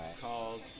called